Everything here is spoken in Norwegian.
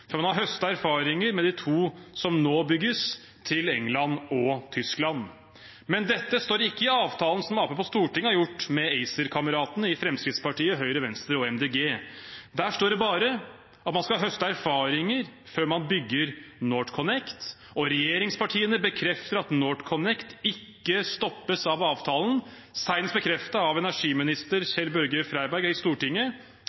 man har høstet erfaringer med de to som nå bygges til England og Tyskland. Men dette står ikke i avtalen som Arbeiderpartiet på Stortinget har gjort med ACER-kameratene i Fremskrittspartiet, Høyre, Venstre og MDG. Der står det bare at man skal høste erfaringer før man bygger NorthConnect. Og regjeringspartiene bekrefter at NorthConnect ikke stoppes av avtalen, senest bekreftet av energiminister